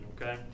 okay